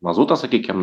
mazutą sakykim